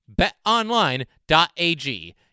BetOnline.ag